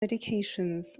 medications